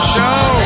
Show